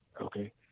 okay